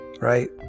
Right